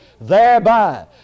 thereby